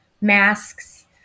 masks